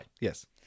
Yes